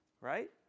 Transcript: right